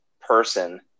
person